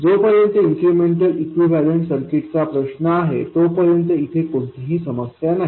जोपर्यंत incremental equivalent सर्किटचा प्रश्न आहे तोपर्यंत इथे कोणतीही समस्या नाही